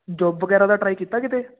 job ਵਗੈਰਾ ਦਾ try ਕੀਤਾ ਕਿਤੇ